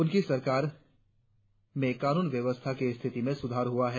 उनकी सरकार में कानून व्यवस्था की स्थिति में सुधार हुआ है